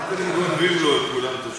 מה אתם גונבים לו, כולם, את השקופים?